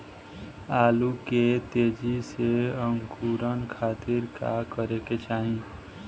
आलू के तेजी से अंकूरण खातीर का करे के चाही?